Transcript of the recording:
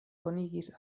konigis